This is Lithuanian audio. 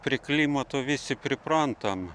prie klimato visi priprantam